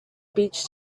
beach